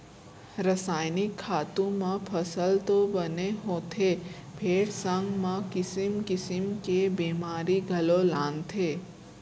रसायनिक खातू म फसल तो बने होथे फेर संग म किसिम किसिम के बेमारी घलौ लानथे